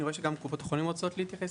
אני רואה שגם קופות החולים רוצות להתייחס.